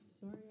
Sorry